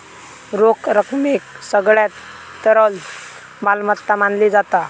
रोख रकमेक सगळ्यात तरल मालमत्ता मानली जाता